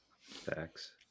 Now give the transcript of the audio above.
facts